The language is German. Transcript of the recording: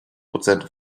prozent